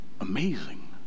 Amazing